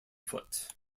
foot